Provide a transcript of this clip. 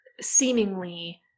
seemingly